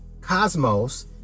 cosmos